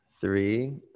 three